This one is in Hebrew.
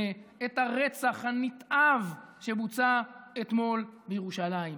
את הרצח הנתעב שבוצע אתמול בירושלים.